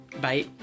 Bye